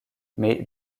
mais